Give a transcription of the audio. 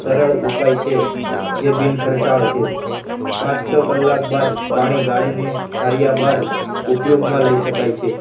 સરળ ઉપાય છે જે બિનખર્ચાળ છે પાંચ છ કલાક બાદ પાણી ગાળીને ઠાર્યા બાદ ઉપયોગમાં લઈ શકાય છે